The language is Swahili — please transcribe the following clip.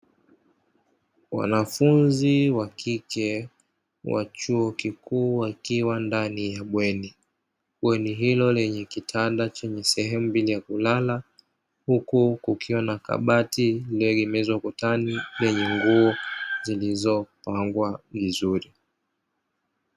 Wanafunzi wa kike wa chuo kikuu, wakiwa ndani ya bweni. Bweni hilo lenye kitanda chenye sehemu mbili ya kulala, huku kukiwa na kabati lililoegemezwa ukutani, lenye nguo zilizopangwa vizuri.